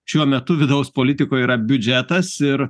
šiuo metu vidaus politikoj yra biudžetas ir